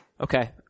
Okay